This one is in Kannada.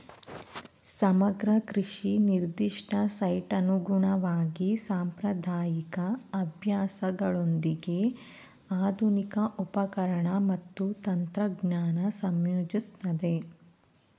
ಸಮಗ್ರ ಕೃಷಿ ನಿರ್ದಿಷ್ಟ ಸೈಟ್ಗನುಗುಣವಾಗಿ ಸಾಂಪ್ರದಾಯಿಕ ಅಭ್ಯಾಸಗಳೊಂದಿಗೆ ಆಧುನಿಕ ಉಪಕರಣ ಮತ್ತು ತಂತ್ರಜ್ಞಾನ ಸಂಯೋಜಿಸ್ತದೆ